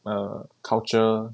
err culture